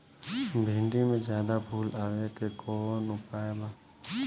भिन्डी में ज्यादा फुल आवे के कौन उपाय बा?